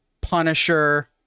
Punisher